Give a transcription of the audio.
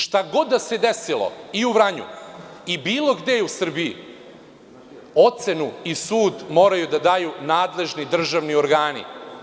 Šta god da se desilo i u Vranju, i bilo gde u Srbiji, ocenu i sud moraju da daju nadležni državni organi.